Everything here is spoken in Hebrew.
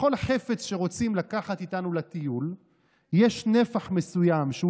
לכל חפץ שרוצים לקחת איתנו לטיול יש נפח מסוים שהוא